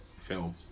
film